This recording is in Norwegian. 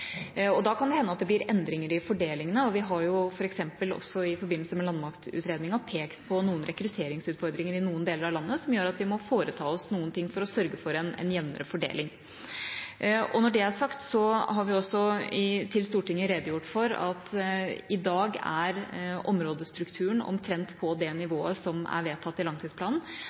måte. Da kan det hende at det blir endringer i fordelingene. Vi har også, f.eks. i forbindelse med landmaktutredningen, pekt på noen rekrutteringsutfordringer i deler av landet som gjør at vi må foreta oss noen ting for å sørge for en jevnere fordeling. Når det er sagt, har vi også til Stortinget redegjort for at områdestrukturen i dag er omtrent på det nivået som er vedtatt i langtidsplanen.